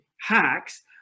hacks